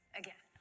again